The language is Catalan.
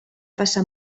passar